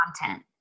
content